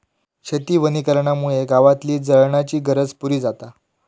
शेती वनीकरणामुळे गावातली जळणाची गरज पुरी जाता